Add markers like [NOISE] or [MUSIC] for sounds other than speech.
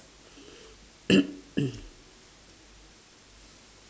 [COUGHS]